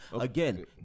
Again